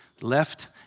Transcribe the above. Left